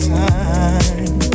time